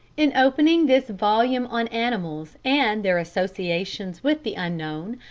in opening this volume on animals and their associations with the unknown,